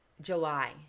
july